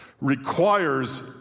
requires